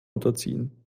unterziehen